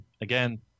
Again